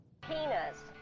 Penis